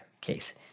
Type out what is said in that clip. case